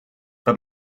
but